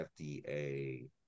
FDA